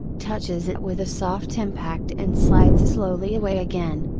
touches it with a soft impact and slides slowly away again.